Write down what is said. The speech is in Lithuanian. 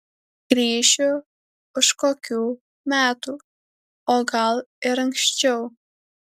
grįšiu už kokių metų o gal ir anksčiau